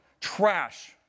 trash